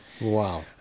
wow